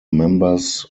members